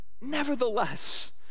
Nevertheless